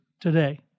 today